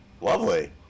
lovely